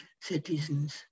citizens